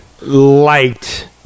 light